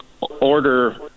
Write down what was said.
order